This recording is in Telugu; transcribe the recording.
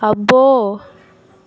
అబ్బో